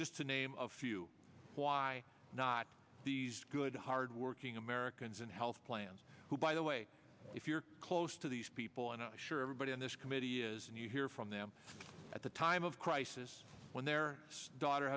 just to name a few why not these good hardworking americans and health plans who by the way if you're close to these people and i'm sure everybody on this committee is and you hear from them at the time of crisis when their daughter